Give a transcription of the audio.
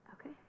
okay